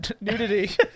nudity